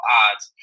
odds